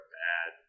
bad